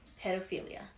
pedophilia